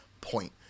point